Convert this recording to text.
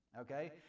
okay